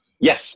Yes